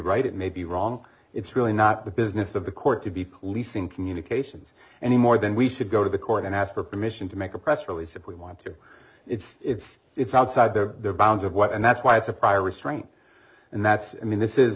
right it may be wrong it's really not the business of the court to be policing communications any more than we should go to the court and ask for permission to make a press release if we want to it's it's outside the bounds of what and that's why it's a prior restraint and that's i mean this is